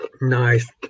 Nice